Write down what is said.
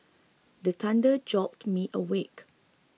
the thunder jolt me awake